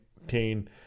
maintain